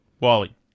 Wally